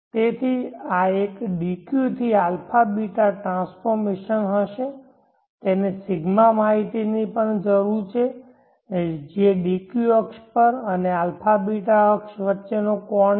તેથી આ એક dq થી αβ ટ્રાન્સફોર્મશન હશે તેને ρ માહિતી ની પણ જરૂર છે જે dq અક્ષ અને αβ અક્ષ વચ્ચેનો કોણ છે